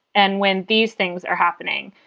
and when these things are happening.